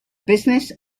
business